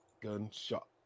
gunshot